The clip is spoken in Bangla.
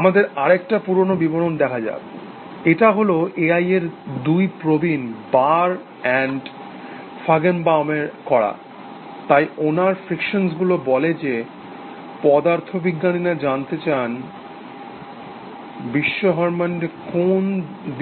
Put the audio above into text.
আমাদের আর একটা পুরোনো বিবরণ দেখা যাক এটা হল এআই এর দুই প্রবীণ বার অ্যান্ড ফাইগেনবাউম এর করা তাই ওনার ফ্রিকশন্সগুলো বলে যে পদার্থবিজ্ঞানীরা জানতে চান